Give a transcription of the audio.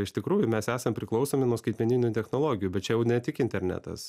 iš tikrųjų mes esam priklausomi nuo skaitmeninių technologijų bet čia jau ne tik internetas